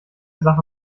sache